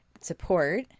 support